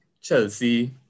Chelsea